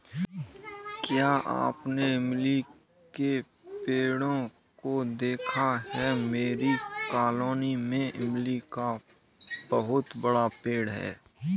क्या आपने इमली के पेड़ों को देखा है मेरी कॉलोनी में इमली का बहुत बड़ा पेड़ है